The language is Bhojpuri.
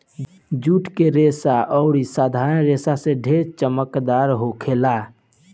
जुट के रेसा अउरी साधारण रेसा से ढेर चमकदार होखेला